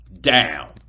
down